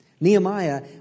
Nehemiah